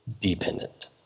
dependent